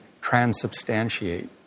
transubstantiate